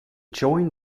joined